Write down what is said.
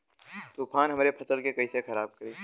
तूफान हमरे फसल के कइसे खराब करी?